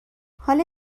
حال